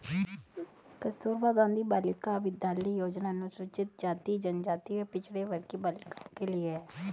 कस्तूरबा गांधी बालिका विद्यालय योजना अनुसूचित जाति, जनजाति व पिछड़े वर्ग की बालिकाओं के लिए है